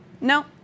No